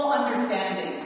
understanding